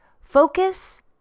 Focus